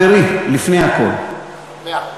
חברי, לפני הכול, מאה אחוז.